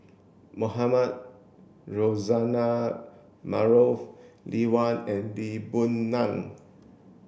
Mohamed Rozani Maarof Lee Wen and Lee Boon Ngan